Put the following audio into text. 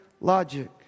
logic